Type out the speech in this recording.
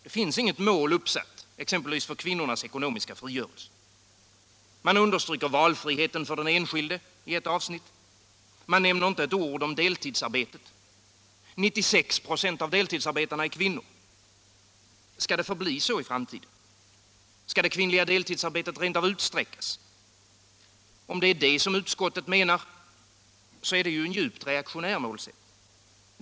Det finns inget mål uppsatt för exempelvis kvinnornas ekonomiska frigörelse. Man understryker i ett avsnitt valfriheten för den enskilde men nämner inte ett ord om deltidsarbetena. Och ändå är 96 96 av deltidsarbetarna kvinnor. Skall det förbli så i framtiden? Skall det kvinnliga deltidsarbetet rent av utsträckas? Om det är detta utskottet menar, så är ju det en djupt reaktionär målsättning.